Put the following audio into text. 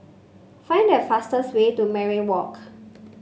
find the fastest way to Mariam Walk